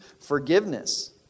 forgiveness